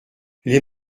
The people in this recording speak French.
les